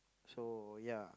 so ya